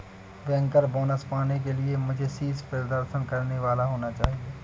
banker bonus पाने के लिए मुझे शीर्ष प्रदर्शन करने वाला होना चाहिए